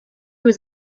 was